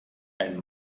ein